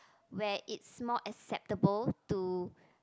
where it's more acceptable to